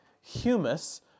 humus